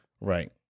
Right